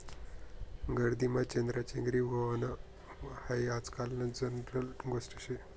गर्दीमा चेंगराचेंगरी व्हनं हायी आजकाल जनरल गोष्ट शे